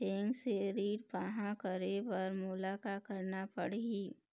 Bank से ऋण पाहां करे बर मोला का करना पड़ही?